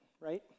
right